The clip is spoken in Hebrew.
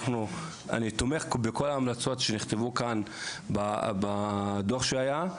אני תומך בכל ההמלצות שנכתבו כאן בדו"ח שהיה.